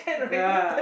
yeah